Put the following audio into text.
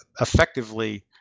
effectively